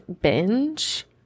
binge